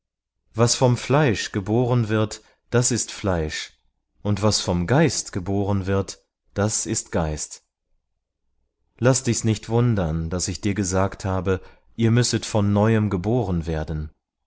was vom fleisch geboren wird das ist fleisch und was vom geist geboren wird das ist geist laß dich's nicht wundern daß ich dir gesagt habe ihr müsset von neuem geboren werden